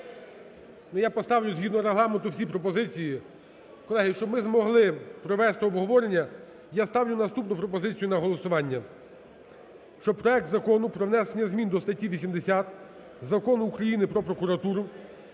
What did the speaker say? Я поставлю згідно Регламенту всі пропозиції. Колеги, щоб ми змогли провести обговорення, я ставлю наступну пропозицію на голосування. Щоб проект Закону про внесення змін до статті 80 Закону України "Про прокуратуру"